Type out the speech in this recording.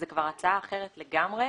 זו כבר הצעה אחרת לגמרי,